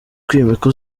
kwimika